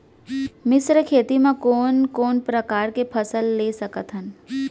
मिश्र खेती मा कोन कोन प्रकार के फसल ले सकत हन?